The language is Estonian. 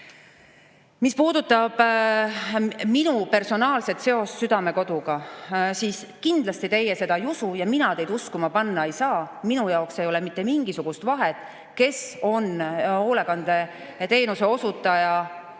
Mis puudutab minu personaalset seost Südamekoduga, siis kindlasti teie seda ei usu ja mina teid uskuma panna ei saa, aga minu jaoks ei ole mitte mingisugust vahet, kes on hoolekandeteenust osutava